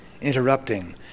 interrupting